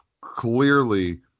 clearly